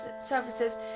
services